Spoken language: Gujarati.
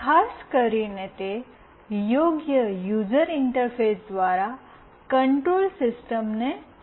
ખાસ કરીને તે યોગ્ય યુઝર ઇન્ટરફેસ દ્વારા કન્ટ્રોલ્ડ સિસ્ટમને જોડે છે